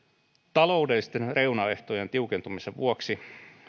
taloudellisten reunaehtojen tiukentumisen vuoksi